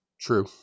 True